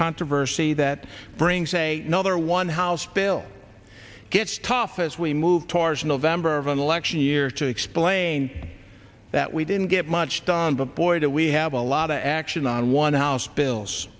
controversy that brings a nother one house bill gets tough as we move towards november of an election year to explain that we didn't get much done but boy do we have a lot of action on one house bills